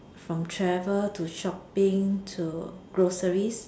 from travel to shopping to groceries